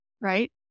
right